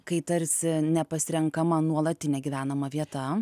kai tarsi nepasirenkama nuolatinė gyvenama vieta